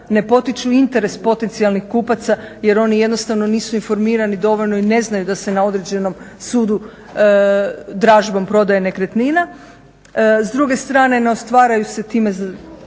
ne potiču interes potencijalnih kupaca jer oni jednostavno nisu informirani dovoljno i ne znaju da se na određenom sudu dražbom prodaje nekretnina. S duge strane, ne ostvaruju se time